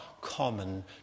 common